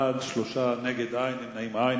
בעד, 3, אין מתנגדים ואין נמנעים.